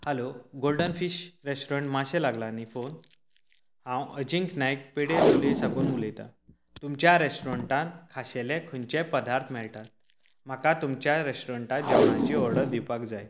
hello golden fish restaurant माशें लागला न्ही फोन हांव अजिंक्य नायक पेडे लोलयें साकून उलयता तुमच्या रेस्टेरंटांत खाशेले खंयचे पदार्थ मेळटात म्हाका तुमच्या रेस्टोरंटात जेवणाची ऑर्डर दिवपाक जाय